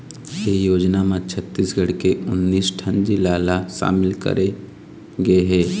ए योजना म छत्तीसगढ़ के उन्नीस ठन जिला ल सामिल करे गे हे